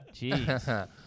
Jeez